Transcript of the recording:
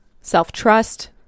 self-trust